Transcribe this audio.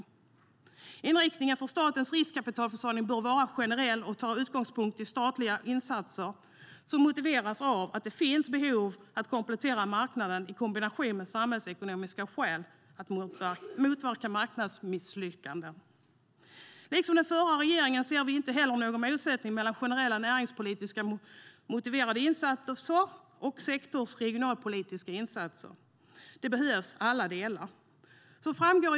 Inriktningen för statens riskkapitalförsörjning bör vara generell och ha sin utgångspunkt i statliga insatser som motiveras av att det finns behov av att komplettera marknaden, i kombination med samhällsekonomiska skäl att motverka marknadsmisslyckanden. Liksom den förra regeringen ser vi inte heller någon motsättning mellan generella näringspolitiskt motiverade insatser och sektors eller regionalpolitiska insatser. Alla delar behövs.